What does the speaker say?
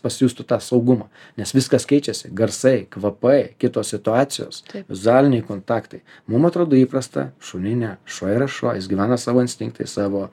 pasijustų tą saugumą nes viskas keičiasi garsai kvapai kitos situacijos vizualiniai kontaktai mum atrodo įprasta šuniui ne šuo yra šuo jis gyvena savo instinktais savo